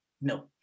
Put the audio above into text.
no